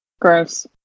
Gross